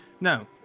no